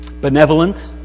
benevolent